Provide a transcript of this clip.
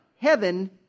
heaven